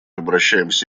обращаемся